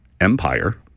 empire